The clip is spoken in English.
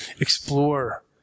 explore